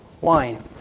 wine